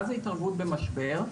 מה זה התערבות במשבר?